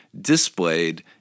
displayed